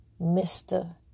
Mr